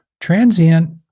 Transient